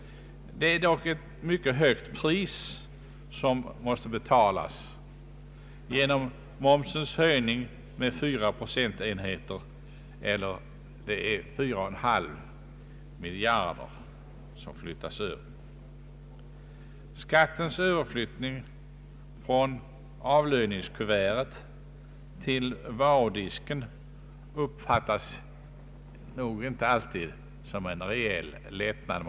Det är dock ett mycket högt pris som måste betalas genom momshöjningen med 4 procentenheter, eller 4,5 miljarder. Den omständigheten att skatten flyttas över från avlöningskuvertet till varudisken uppfattas nog inte alltid som en reell lättnad.